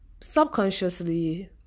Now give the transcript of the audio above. subconsciously